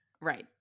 Right